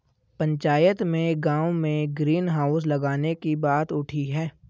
पंचायत में गांव में ग्रीन हाउस लगाने की बात उठी हैं